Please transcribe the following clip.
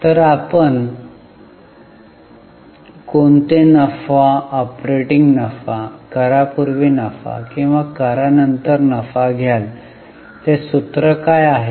तर आपण कोणते नफा ऑपरेटिंग नफा करापूर्वी नफा किंवा करा नंतर नफा घ्याल ते सूत्र काय आहे